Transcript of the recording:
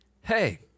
Hey